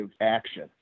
action